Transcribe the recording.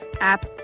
app